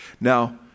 Now